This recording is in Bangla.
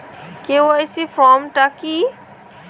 কে.ওয়াই.সি ফর্ম টা কি?